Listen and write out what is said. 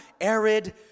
arid